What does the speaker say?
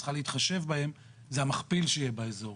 צריכה להתחשב בהם זה המכפיל שיהיה באזור.